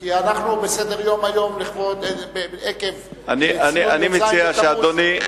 כי אנחנו בסדר-יום היום עקב ציון י"ז בתמוז.